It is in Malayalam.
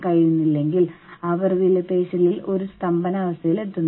അതുകൊണ്ട് തന്നെ ഓർഗനൈസേഷനെ വിജയിപ്പിക്കാൻ നിങ്ങൾ വളരെ കഠിനാധ്വാനം ചെയ്യുന്നു